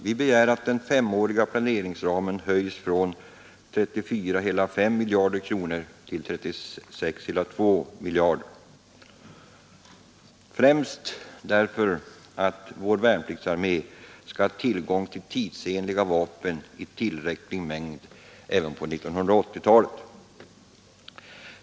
Vi begär att den femåriga planeringsramen vidgas från 34,5 miljarder kronor till 36,2 miljarder, främst därför att vår värnpliktsarmé skall ha tillgång till tidsenliga vapen i tillräcklig mängd även på 1980-talet.